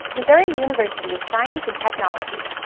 missouri university of science and technology.